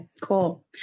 cool